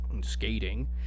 skating